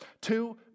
Two